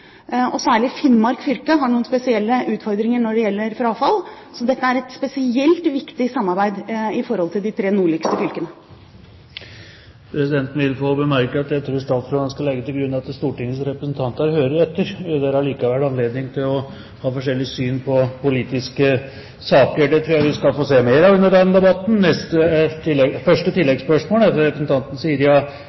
og særlig Finnmark fylke har noen spesielle utfordringer når det gjelder frafall. Så dette er et spesielt viktig samarbeid i forhold til de tre nordligste fylkene. Presidenten vil få bemerke at han tror statsråden skal legge til grunn at Stortingets representanter hører etter. Det er likevel anledning til å ha forskjellig syn på politiske saker. Det tror jeg vi skal få se mer av under denne debatten. Det blir gitt anledning til tre oppfølgingsspørsmål – først Siri